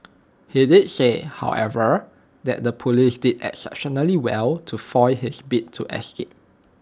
he did say however that the Police did exceptionally well to foil his bid to escape